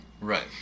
Right